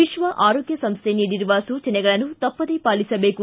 ವಿಶ್ವ ಆರೋಗ್ಯ ಸಂಸ್ಥೆ ನೀಡಿರುವ ಸೂಚನೆಗಳನ್ನು ತಪ್ಪದೆ ಪಾಲಿಸಬೇಕು